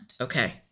Okay